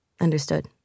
understood